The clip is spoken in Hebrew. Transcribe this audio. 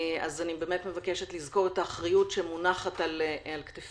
אז אני מבקשת לזכור את האחריות שמונחת על כתפינו